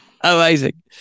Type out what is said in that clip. Amazing